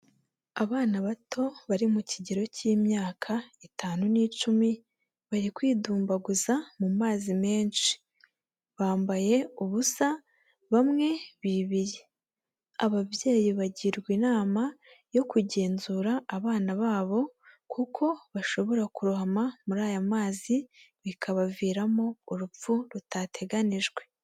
Abana bato bari mu kigero cy'imyaka itanu n'icumi, bari kwidumbaguza mu mazi menshi, bambaye ubusa bamwe bibiye, ababyeyi bagirwa inama yo kugenzura abana babo kuko bashobora kurohama muri aya mazi, bikabaviramo urupfu rutateganijwe.